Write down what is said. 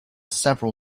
several